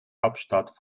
hauptstadt